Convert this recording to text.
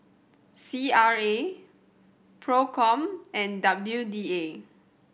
C R A Procom and W D A